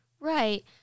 Right